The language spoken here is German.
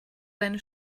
seine